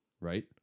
right